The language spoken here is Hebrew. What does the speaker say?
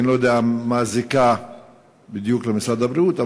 ואני לא יודע מה הזיקה בדיוק למשרד הבריאות,